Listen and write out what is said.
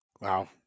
Wow